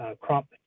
crop